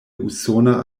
usona